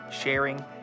sharing